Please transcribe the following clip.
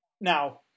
now